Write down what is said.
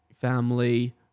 family